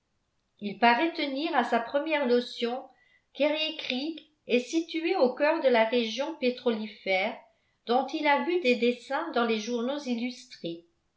il paraît tenir à sa première notion qu'eriécreek est situé au cœur de la région pétrolifère dont il a vu des dessins dans les journaux illustrés